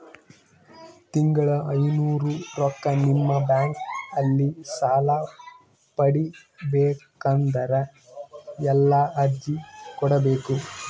ತಿಂಗಳ ಐನೂರು ರೊಕ್ಕ ನಿಮ್ಮ ಬ್ಯಾಂಕ್ ಅಲ್ಲಿ ಸಾಲ ಪಡಿಬೇಕಂದರ ಎಲ್ಲ ಅರ್ಜಿ ಕೊಡಬೇಕು?